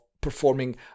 performing